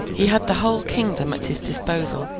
he had the whole kingdom at his disposal,